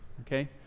okay